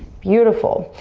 beautiful.